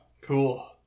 Cool